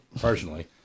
personally